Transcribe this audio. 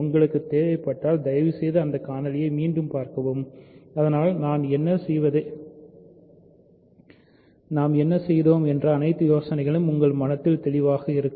உங்களுக்கு தேவைப்பட்டால் தயவுசெய்து இந்த காணொளியை மீண்டும் பார்க்கவும் இதனால் நாம் என்ன செய்தோம் என்ற அனைத்து யோசனைகளும் உங்கள் மனதில் தெளிவாக இருக்கும்